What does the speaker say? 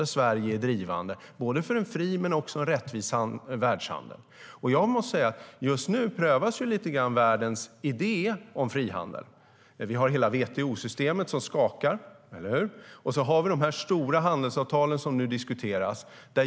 Där är Sverige drivande för en fri och rättvis världshandel. Just nu prövas lite grann världens idé om frihandel. Vi har hela WTO-systemet som skakar, eller hur? Vi har också de stora handelsavtalen som nu diskuteras.